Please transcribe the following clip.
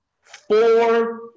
four